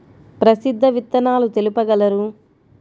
ప్రసిద్ధ విత్తనాలు తెలుపగలరు?